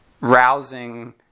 rousing